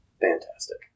Fantastic